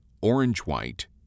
orange-white